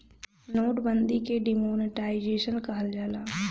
note बंदी के demonetisation कहल जाला